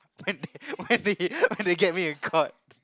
when they when they when they get me in court